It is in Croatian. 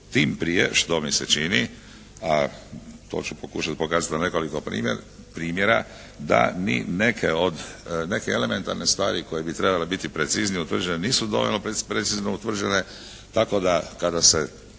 tim prije što mi se čini a to ću pokušati pokazati na nekoliko primjera da ni neke elementarne stvari koje bi trebale biti preciznije utvrđene nisu dovoljno precizno utvrđene, tako da kada se